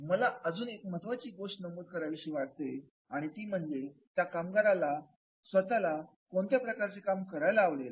मला अजून एक महत्त्वाची गोष्ट नमूद करावीशी वाटते ती म्हणजे त्या कामगाराला स्वतहाला कोणत्या प्रकारचे काम करायला आवडेल